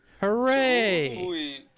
Hooray